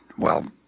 well,